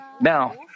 Now